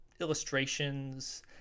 illustrations